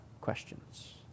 questions